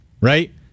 right